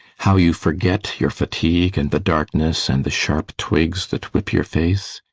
how you forget your fatigue and the darkness and the sharp twigs that whip your face?